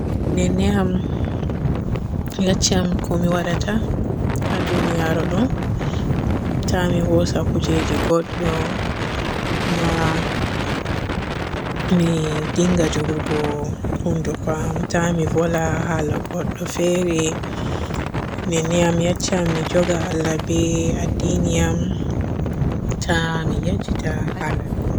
Nenne am yecci am ko mi waadata haa duniyaru ɗo ta mi hoosa kujeji godɗo kuma mi dinga jogirgo hunnuko am ta mi vola hala godɗo fere. Nenne am yecca am mi njooga Allah be addini am ta mi yejjita haala du'a.